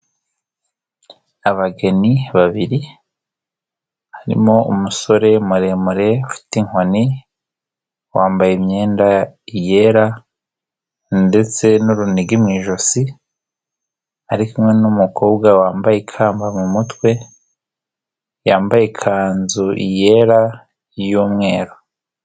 Abageni babiri harimo umusore muremure ufite inkoni wambaye imyenda yera ndetse n'urunigi mu ijosi ari kumwe n'umukobwa wambaye ikamba mu mutwe yambaye ikanzu yera y'umweru.